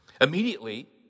Immediately